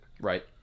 Right